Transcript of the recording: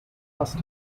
last